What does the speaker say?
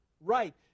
right